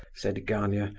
said gania,